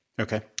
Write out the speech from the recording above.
Okay